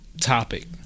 topic